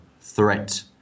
threat